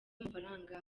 amafaranga